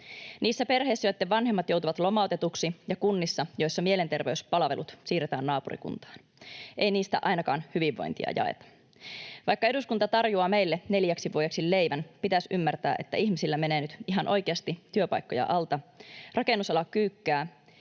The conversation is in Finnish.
niissä perheissä, joitten vanhemmat joutuvat lomautetuiksi, ja kunnissa, joissa mielenterveyspalvelut siirretään naapurikuntaan? Ei niissä ainakaan hyvinvointia jaeta. Vaikka eduskunta tarjoaa meille neljäksi vuodeksi leivän, pitäisi ymmärtää, että ihmisillä menee nyt ihan oikeasti työpaikkoja alta, rakennusala kyykkää